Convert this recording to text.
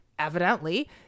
evidently